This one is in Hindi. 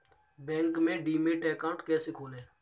बैंक में डीमैट अकाउंट कैसे खोलें?